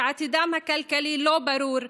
שעתידם הכלכלי לא ברור,